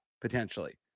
potentially